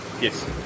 yes